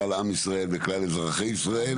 כלל עם ישראל וכלל אזרחי ישראל.